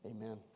Amen